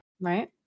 right